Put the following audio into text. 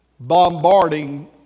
Bombarding